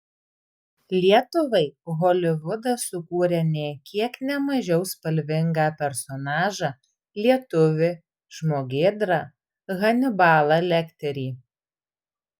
lietuvai holivudas sukūrė nė kiek ne mažiau spalvingą personažą lietuvį žmogėdrą hanibalą lekterį